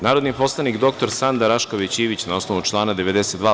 Narodni poslanik dr Sanda Rašković Ivić, na osnovu člana 92.